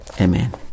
Amen